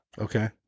okay